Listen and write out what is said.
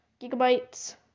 gigabytes